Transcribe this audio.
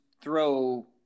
throw